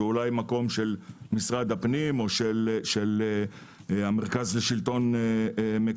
אולי זה מקום של משרד הפנים או של המרכז לשלטון מקומי.